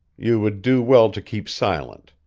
you would do well to keep silent.